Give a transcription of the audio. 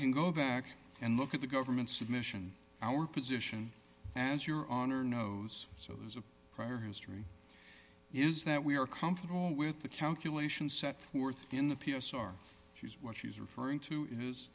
can go back and look at the government's submission our position as your honor knows so there's a prior history is that we are comfortable with the calculation set forth in the p s or she's what she's referring to is